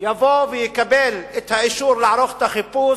יבוא ויקבל את האישור לערוך את החיפוש.